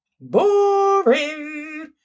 Boring